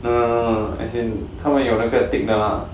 no no no as in 他们有那个 thick 的 mah